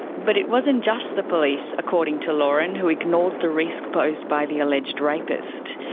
but it wasn't just the police, according to lauren, who ignored the risk posed by the alleged rapist.